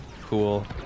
cool